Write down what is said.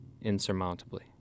insurmountably